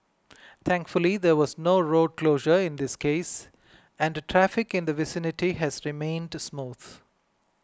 thankfully there was no road closure in this case and traffic in the vicinity has remained smooth